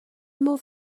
modd